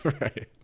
Right